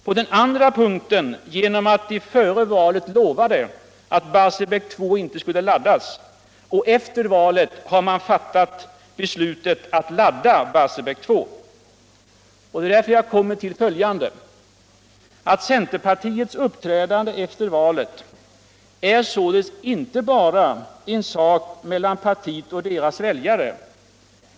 Pd den andra punkten genom alt före valet lova att Barsebäck 2 inte skulle laddas. Efter valet har man fattat beslutet att ladda Barsebäck 2. Centerpartiets uppträdande efter valet är inte bara eu svek mot de egna väljarna.